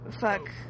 Fuck